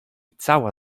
cała